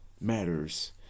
matters